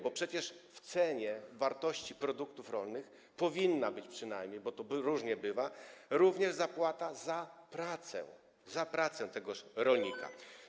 Bo przecież w cenie wartości produktów rolnych powinna być przynajmniej, bo to różnie bywa, również zapłata za pracę, za pracę tegoż rolnika.